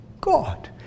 God